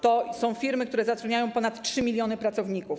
To są firmy, które zatrudniają ponad 3 mln pracowników.